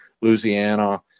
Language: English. Louisiana